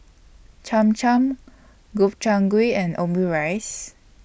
Cham Cham Gobchang Gui and Omurice